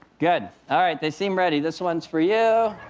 good. all right, they seem ready. this one's for you.